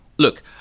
Look